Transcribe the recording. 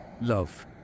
love